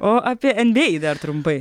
o apie nba dar trumpai